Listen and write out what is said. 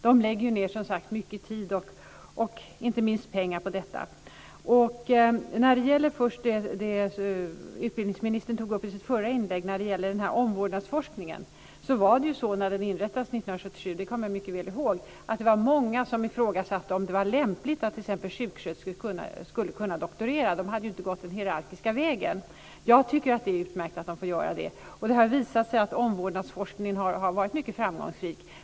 De lägger som sagt ned mycket tid och inte minst pengar på detta. När omvårdnadsforskningen, som utbildningsministern tog upp i sitt förra inlägg, inrättades 1977 var det många som ifrågasatte om det var lämpligt att t.ex. sjuksköterskor skulle kunna doktorera. Det kommer jag mycket väl ihåg. De hade ju inte gått den hierarkiska vägen. Jag tycker att det är utmärkt att de får göra det. Det har visat sig att omvårdnadsforskningen har varit mycket framgångsrik.